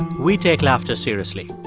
we take laughter seriously.